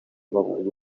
babonye